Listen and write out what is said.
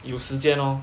有时间 lor